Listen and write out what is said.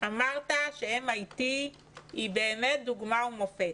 אמרת ש-MIT היא באמת דוגמה ומופת.